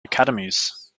academies